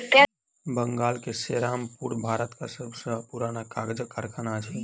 बंगाल के सेरामपुर भारतक सब सॅ पुरान कागजक कारखाना अछि